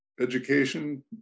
education